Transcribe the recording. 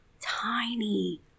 tiny